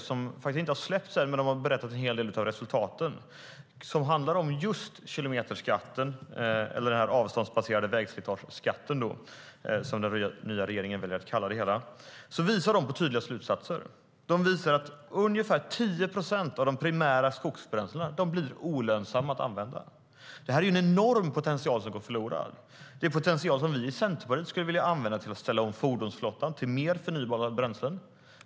Den har inte släppts än, men de har berättat en hel del av resultatet som handlar om just kilometerskatten eller den avståndsbaserade vägslitageskatten som den nya regeringen väljer att kalla det hela. Resultatet visar på tydliga slutsatser om att ungefär 10 procent av de primära skogsbränslena blir olönsamma att använda. Det är en enorm potential som går förlorad. Det är potential som vi i Centerpartiet skulle vilja använda till att ställa om fordonsflottan till mer förnybara bränslen.